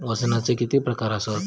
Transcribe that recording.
वजनाचे किती प्रकार आसत?